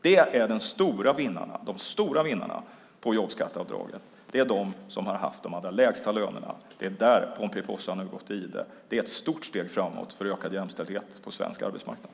Det är de stora vinnarna på jobbskatteavdraget. Det är de som har haft de allra lägsta lönerna. Det är där Pomperipossa nu har gått i ide. Det är ett stort steg framåt för ökad jämställdhet på svensk arbetsmarknad.